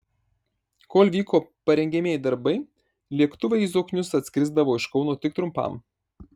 kol vyko parengiamieji darbai lėktuvai į zoknius atskrisdavo iš kauno tik trumpam